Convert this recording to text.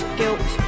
guilt